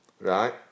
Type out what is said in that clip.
right